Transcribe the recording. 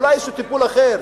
אולי איזשהו טיפול אחר.